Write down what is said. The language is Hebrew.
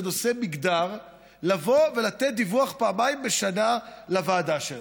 נושא מגדר לבוא ולתת דיווח פעמיים בשנה לוועדה שלה.